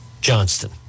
Johnston